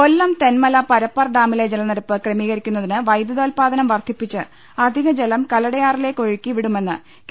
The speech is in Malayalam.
കൊല്ലം തെന്മല പ്രപ്പാർ ഡാമിലെ ജലനിരപ്പ് ക്രമീകരിക്കുന്നതിന് വൈദ്യുതോൽപാദനം വർധിപ്പിച്ച് അധികജലം കല്ലട ആറിലേക്കൊഴുക്കി വിടുമെന്ന് കെ